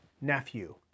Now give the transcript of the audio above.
nephew